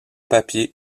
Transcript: papier